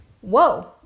whoa